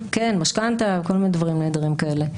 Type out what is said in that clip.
משכנתה וכל מיני דברים נהדרים כאלה.